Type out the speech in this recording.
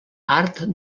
art